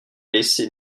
laissé